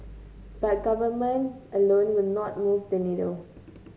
but government alone will not move the needle